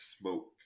smoke